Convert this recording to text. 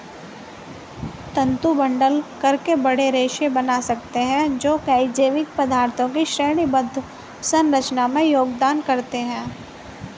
तंतु बंडल करके बड़े रेशे बना सकते हैं जो कई जैविक पदार्थों की श्रेणीबद्ध संरचना में योगदान करते हैं